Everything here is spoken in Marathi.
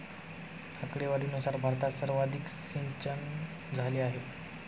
आकडेवारीनुसार भारतात सर्वाधिक सिंचनझाले आहे